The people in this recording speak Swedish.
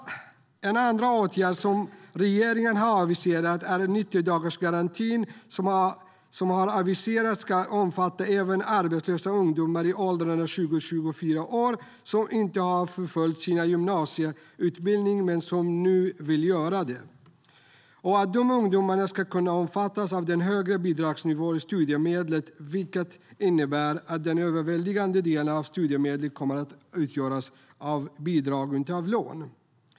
En andra åtgärd som regeringen har aviserat är att 90-dagarsgarantin ska omfatta även arbetslösa ungdomar i åldrarna 20-24 år som inte har fullföljt sin gymnasieutbildning men som nu vill göra det. De ungdomarna ska också kunna omfattas av den högre bidragsnivån i studiemedlet, vilket innebär att den överväldigande delen av studiemedlet kommer att utgöras av bidrag och inte av lån.